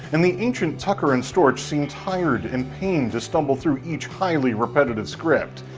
and the ancient tucker and storch seemed tired and pained to stumble through each highly repetitive script.